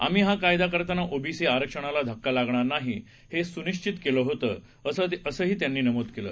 आम्ही हा कायदा करताना ओबीसी आरक्षणाला धक्का लागणार नाही हे स्निश्चित केलं होतं असं त्यांनी नमूद केलं